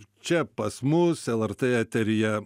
čia pas mus lrt eteryje